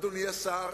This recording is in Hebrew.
אדוני השר,